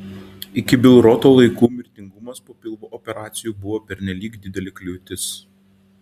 iki bilroto laikų mirtingumas po pilvo operacijų buvo pernelyg didelė kliūtis